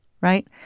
right